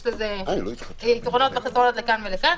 יש לזה יתרונות וחסרונות לכאן ולכאן.